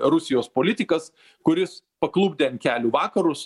rusijos politikas kuris paklupdė ant kelių vakarus